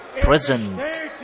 present